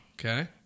Okay